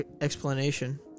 explanation